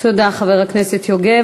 תודה, חבר הכנסת יוגב.